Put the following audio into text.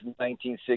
1960